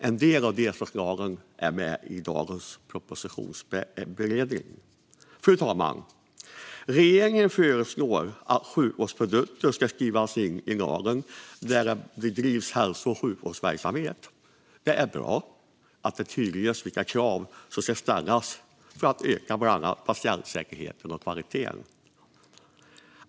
En del av dessa förslag finns med i dagens proposition. Fru talman! Regeringen föreslår att sjukvårdsprodukter ska skrivas in i lagen där det bedrivs hälso-och sjukvårdsverksamhet. Det är bra att det tydliggörs vilka krav som ska ställas för att öka bland annat patientsäkerheten och kvaliteten.